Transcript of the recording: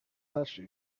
touched